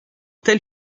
tel